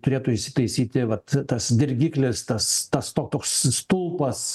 turėtų įsitaisyti vat tas dirgiklis tas tas toks stulpas